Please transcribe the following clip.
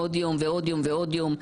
עוד יום ועוד יום ועוד יום.